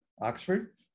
Oxford